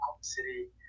City